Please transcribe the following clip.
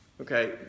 Okay